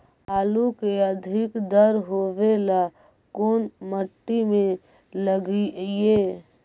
आलू के अधिक दर होवे ला कोन मट्टी में लगीईऐ?